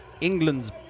England's